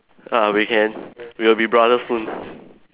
ah weekend we'll be brothers soon